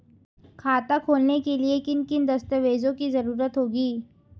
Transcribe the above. खाता खोलने के लिए किन किन दस्तावेजों की जरूरत होगी?